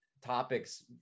topics